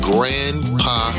Grandpa